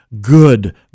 good